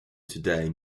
today